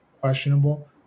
questionable